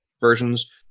versions